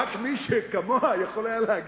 רק מי שכמוה יכול היה להגיד.